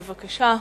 בבקשה.